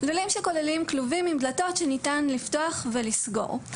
לולים שכוללים כלובים עם דלתות שניתן לפתוח ולסגור.